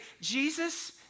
Jesus